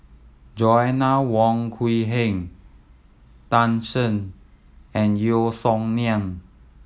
Joanna Wong Quee Heng Tan Shen and Yeo Song Nian